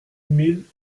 mille